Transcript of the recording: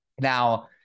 Now